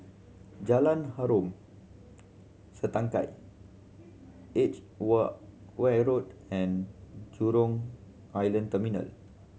Jalan Harom Setangkai edge wool ware Road and Jurong Island Terminal